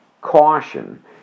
caution